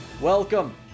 Welcome